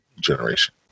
generation